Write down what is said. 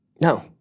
No